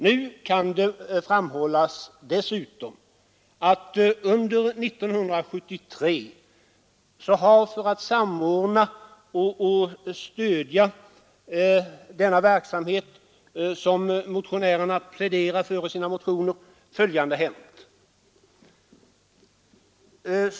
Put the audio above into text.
Nu kan det dessutom framhållas att under 1973 har, för att samordna och stödja den verksamhet som motionärerna pläderar för i sina motioner, följande hänt.